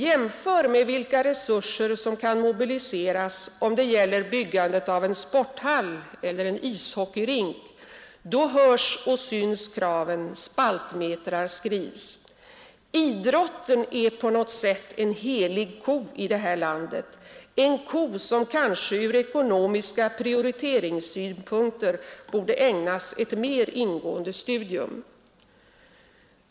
Jämför med vilka resurser som kan mobiliseras om det gäller byggandet av en sporthall eller en ishockeyrink! Då hörs och syns kraven. Spaltmetrar skrivs. Idrotten är på något sätt en helig ko i det här landet — en ko som kanske ur ekonomiska prioriteringssynpunkter borde ägnas ett mer ingående studium.